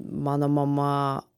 mano mama